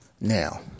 now